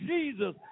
Jesus